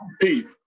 Peace